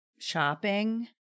shopping